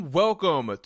welcome